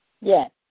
Yes